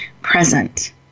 present